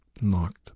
knocked